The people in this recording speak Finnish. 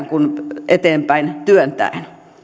kuin sitä eteenpäin työntäen